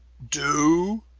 do!